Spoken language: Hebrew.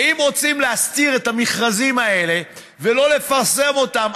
ואם רוצים להסתיר את המכרזים האלה ולא לפרסם אותם,